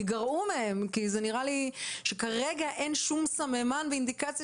ייגרעו מהם כי זה נראה לי שכרגע אין שום סממן ואינדיקציה